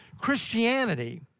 Christianity